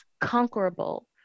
conquerable